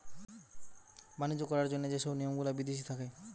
বাণিজ্য করার জন্য যে সব নিয়ম গুলা বিদেশি থাকে